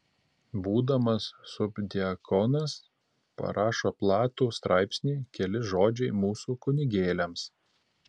būdamas subdiakonas parašo platų straipsnį keli žodžiai mūsų kunigėliams